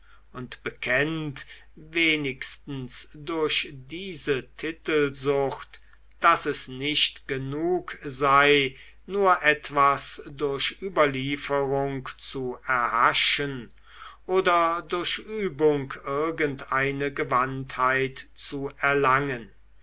und bekennt wenigstens durch diese titelsucht daß es nicht genug sei nur etwas durch überlieferung zu erhaschen oder durch übung irgendeine gewandtheit zu erlangen